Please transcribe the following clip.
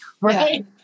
Right